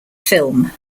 film